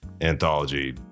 anthology